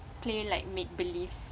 play like made beliefs